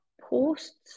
posts